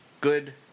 good